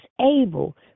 able